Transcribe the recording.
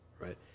right